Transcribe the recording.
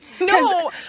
No